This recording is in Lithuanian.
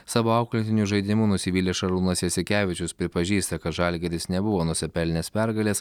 savo auklėtinių žaidimu nusivylęs šarūnas jasikevičius pripažįsta kad žalgiris nebuvo nusipelnęs pergalės